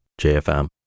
JFM